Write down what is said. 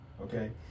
okay